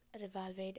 revolved